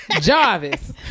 Jarvis